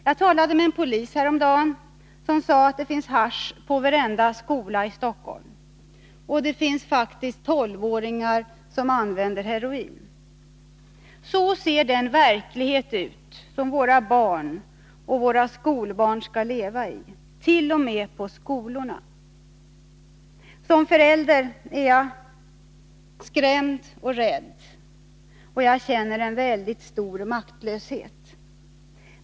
Jag talade häromdagen med en polis, som sade att det finns hasch på varje skola i Stockholm och att det faktiskt finns 12-åringar som använder heroin. Så ser den verklighet ut som våra barn och skolbarn skall leva i — t.o.m. i skolorna. Såsom förälder är jag skrämd och rädd och känner stor maktlöshet.